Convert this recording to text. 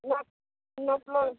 ନା ନର୍ମାଲ୍